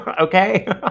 Okay